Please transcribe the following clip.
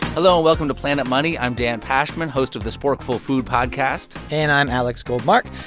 hello. welcome to planet money. i'm dan pashman, host of the sporkful food podcast and i'm alex goldmark.